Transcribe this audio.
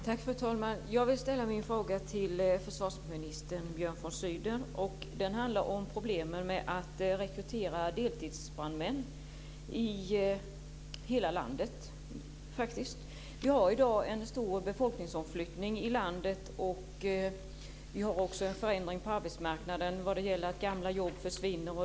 Fru talman! Jag vill ställa min fråga till försvarsminister Björn von Sydow. Den handlar om problemen med att rekrytera deltidsbrandmän i hela landet. Vi har i dag en stor befolkningsomflyttning i landet. Vi har också en förändring på arbetsmarknaden vad det gäller att gamla jobb försvinner.